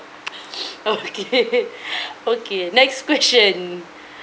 okay okay next question